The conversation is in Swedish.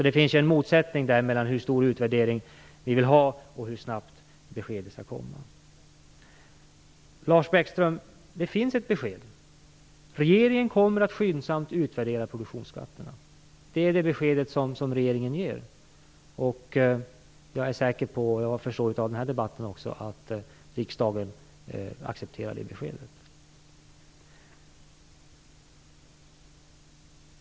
Det finns därför en motsättning mellan hur stor utvärdering ni vill ha och hur snabbt beskedet skall komma. Det finns ett besked, Lars Bäckström. Regeringen kommer att skyndsamt utvärdera produktionsskatterna. Det är det besked som regeringen ger. Jag är säker på - det förstår jag också av den här debatten - att riksdagen accepterar det beskedet.